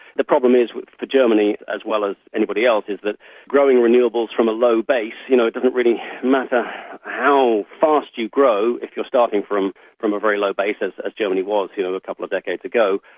the problem is for germany as well as anybody else is that growing renewables from a low base you know doesn't really matter how fast you grow if you're starting from from a very low base, as ah germany was you know a couple of decades ago,